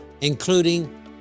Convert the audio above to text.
including